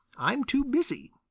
i'm too busy.